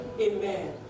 Amen